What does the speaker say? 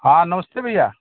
हाँ नमस्ते भैया